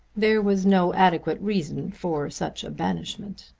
there was no adequate reason for such a banishment.